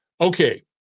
Okay